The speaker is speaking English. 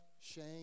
shame